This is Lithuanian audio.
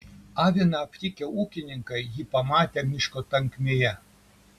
aviną aptikę ūkininkai jį pamatė miško tankmėje